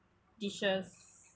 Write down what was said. dishes